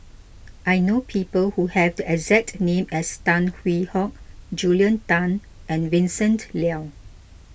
I know people who have the exact name as Tan Hwee Hock Julia Tan and Vincent Leow